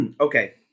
Okay